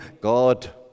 God